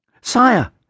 Sire